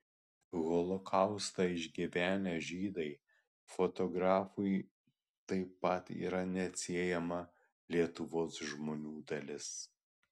holokaustą išgyvenę žydai fotografui taip pat yra neatsiejama lietuvos žmonių dalis